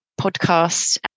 podcast